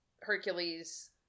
Hercules